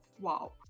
WoW